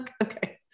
Okay